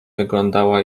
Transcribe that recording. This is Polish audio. wyglądała